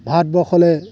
ভাৰতবৰ্ষলৈ